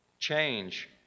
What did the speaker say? change